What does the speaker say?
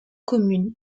communes